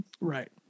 right